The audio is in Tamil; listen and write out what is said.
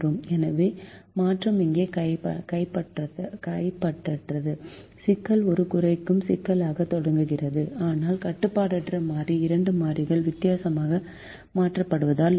எனவே மாற்றம் இங்கே கைப்பற்றப்பட்டது சிக்கல் ஒரு குறைக்கும் சிக்கலாகத் தொடர்கிறது ஆனால் கட்டுப்பாடற்ற மாறி இரண்டு மாறிகள் வித்தியாசமாக மாற்றப்படுவதால்